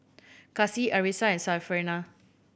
Kasih Arissa and Syarafina